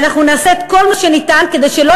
ואנחנו נעשה את כל מה שניתן כדי שלא